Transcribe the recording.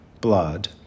blood